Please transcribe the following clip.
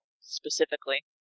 specifically